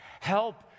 Help